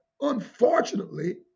unfortunately